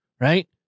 Right